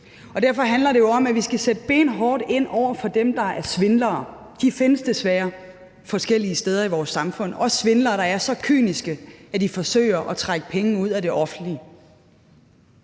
dag. Derfor handler det jo om, at vi skal sætte benhårdt ind over for dem, der er svindlere; de findes desværre forskellige steder i vores samfund – også svindlere, der er så kyniske, at de forsøger at trække penge ud af det offentlige.